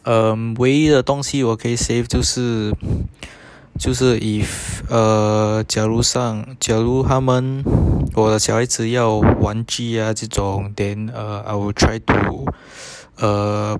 um 唯一的东西我可以 save 就是就是 if err 假如上假如他们我的小孩子要玩具 ah 这种 then err I will try to uh